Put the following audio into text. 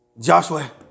Joshua